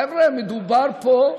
חבר'ה, מדובר פה,